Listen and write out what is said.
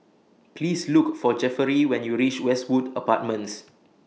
Please Look For Jefferey when YOU REACH Westwood Apartments